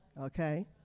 okay